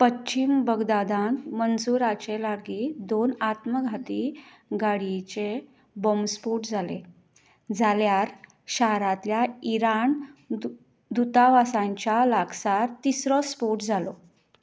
पश्चीम बगदादांत मन्सूराचे लागीं दोन आत्मघाती गाडयेचें बाँब स्फोट जालें जाल्यार शारांतल्या इराण दुतावासाच्या लागसार तिसरो स्फोट जालो